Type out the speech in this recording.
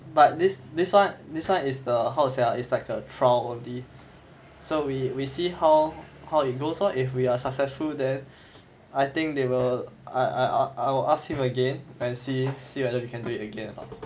but this this one this one is the how to say ah it's like the trial only so we we see how how it goes lor so if we're successful then I think they will I I I will ask him again and see see whether we can do it again or not